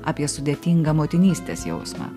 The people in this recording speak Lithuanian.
apie sudėtingą motinystės jausmą